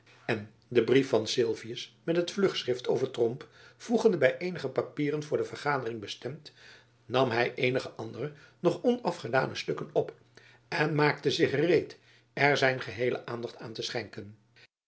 en den brief van sylvius met het vlugschrift over tromp voegende by eenige papieren voor de vergadering bestemd nam hy eenige andere nog onafgedane stukken op en maakte zich gereed er zijn geheele aandacht aan te schenken